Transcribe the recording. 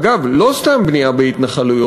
אגב, לא סתם בנייה בהתנחלויות,